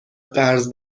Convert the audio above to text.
قرض